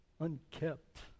unkept